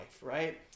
right